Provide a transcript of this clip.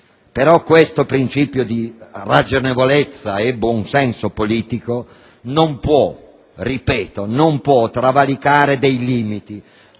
Però tale principio di ragionevolezza e buonsenso politico non può, ripeto, non può travalicare dei limiti,